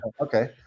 Okay